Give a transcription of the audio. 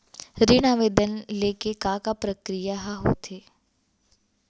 ऋण आवेदन ले के का का प्रक्रिया ह होथे?